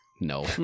no